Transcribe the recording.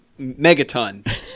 Megaton